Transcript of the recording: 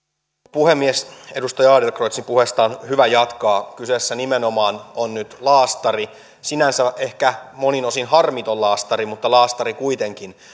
puhemies edustaja adlercreutzin puheesta on hyvä jatkaa kyseessä nimenomaan on nyt laastari sinänsä ehkä monin osin harmiton laastari mutta laastari kuitenkin